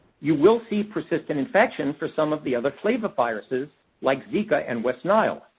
you will see persistent infections for some of the the flaviviruses, like zika and west nile.